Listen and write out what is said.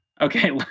Okay